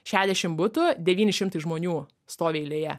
šešdešim butų devyni šimtai žmonių stovi eilėje